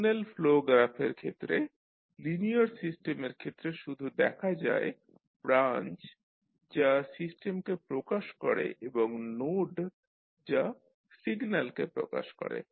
signal flow গ্রাফের ক্ষেত্রে linear সিস্টেমের ক্ষেত্রে শুধু দেখা যায় ব্রাঞ্চ যা সিস্টেমকে প্রকাশ করে এবং নোড যা সিগন্যালকে প্রকাশ করে